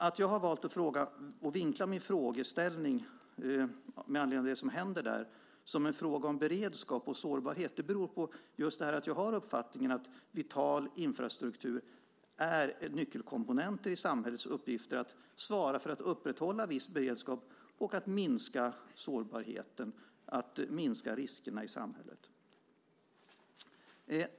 Att jag med anledning av det som händer i Övertorneå har valt att vinkla min frågeställning som en fråga om beredskap och sårbarhet beror på att jag har uppfattningen att vital infrastruktur är en nyckelkomponent i samhällets uppgifter att upprätthålla viss beredskap och att minska sårbarheten och riskerna i samhället.